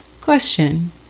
Question